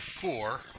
four